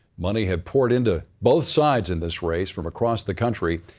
money had poured into both sides in this race from across the country.